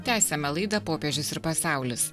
tęsiame laidą popiežius ir pasaulis